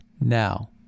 now